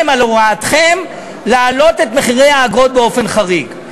על הוראתכם להעלות את סכומי האגרות באופן חריג.